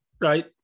right